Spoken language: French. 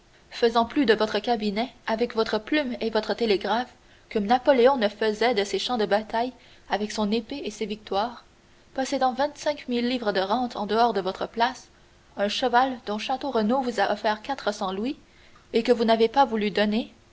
faisant plus de votre cabinet avec votre plume et votre télégraphe que napoléon ne faisait de ses champs de bataille avec son épée et ses victoires possédant vingt-cinq mille livres de rente en dehors de votre place un cheval dont château renaud vous a offert quatre cents louis et que vous n'avez pas voulu donner